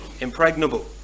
impregnable